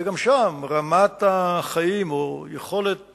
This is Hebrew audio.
ושם גם רמת החיים או יכולת